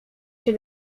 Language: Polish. się